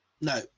No